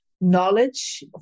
knowledge